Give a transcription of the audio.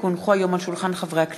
כי הונחו היום על שולחן הכנסת,